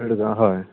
कळ्ळें तुका हय